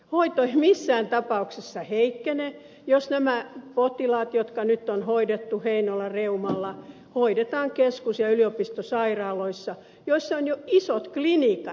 hoito ei missään tapauksessa heikkene jos nämä potilaat jotka nyt on hoidettu heinolan reumalla hoidetaan keskus ja yliopistosairaaloissa joissa on jo isot klinikat reumapotilaita varten